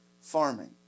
farming